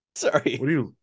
sorry